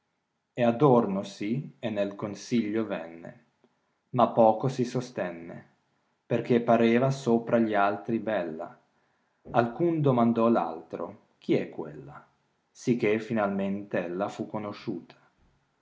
penne adornossi e nei consiglio venne ma poco si sostenne perchè pareva sopra gli altri bella alcun domandò p altro chi è quella sicché finalmente ella fa conosciuta